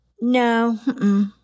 No